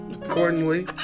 accordingly